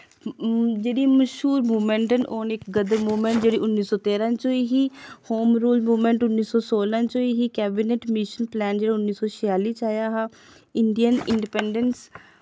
जेह्ड़ी मश्हूर मूवमैंट ओह् न इक गदर मूवमैंट जेह्ड़ी उन्नी सौ तेरां च होई ही होम रूल मूवमैंट उन्नी सौ सोलां च होई ही कैबिनट मिशन प्लान जेह्ड़ा उन्नी सौ छियाली च आया हा इंडियन इंडिपैंडैंस